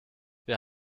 wir